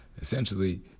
Essentially